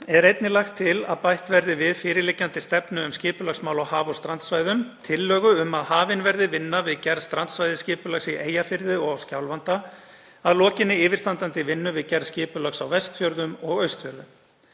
er einnig lagt til að bætt verði við fyrirliggjandi stefnu um skipulagsmál á haf- og strandsvæðum tillögu um að hafin verði vinna við gerð strandsvæðisskipulags í Eyjafirði og á Skjálfanda að lokinni yfirstandandi vinnu við gerð skipulags á Vestfjörðum og Austfjörðum.